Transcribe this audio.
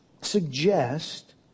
suggest